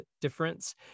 difference